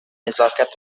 نزاکت